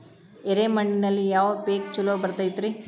ಎರೆ ಮಣ್ಣಿನಲ್ಲಿ ಯಾವ ಪೇಕ್ ಛಲೋ ಬರತೈತ್ರಿ?